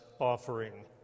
offering